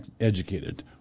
educated